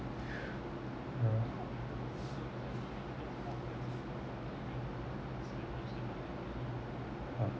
ah